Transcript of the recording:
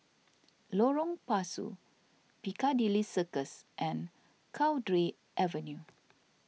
Lorong Pasu Piccadilly Circus and Cowdray Avenue